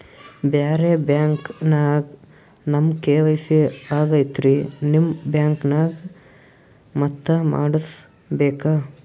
ಬ್ಯಾರೆ ಬ್ಯಾಂಕ ನ್ಯಾಗ ನಮ್ ಕೆ.ವೈ.ಸಿ ಆಗೈತ್ರಿ ನಿಮ್ ಬ್ಯಾಂಕನಾಗ ಮತ್ತ ಮಾಡಸ್ ಬೇಕ?